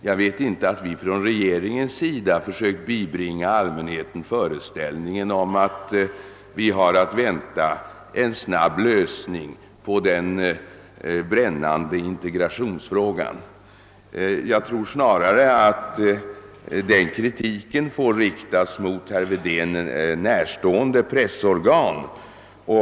Jag vet inte att vi från regeringens sida försökt bibringa allmänheten föreställningen att det kan förväntas en snabb lösning på den brännande integrationsfrågan. Jag tror snarare att den kritiken får riktas mot herr Wedén närstående pressorgan.